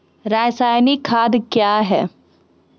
रसायनिक खाद कया हैं?